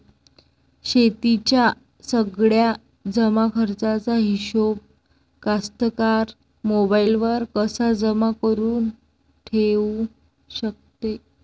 शेतीच्या सगळ्या जमाखर्चाचा हिशोब कास्तकार मोबाईलवर कसा जमा करुन ठेऊ शकते?